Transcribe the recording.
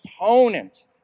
opponent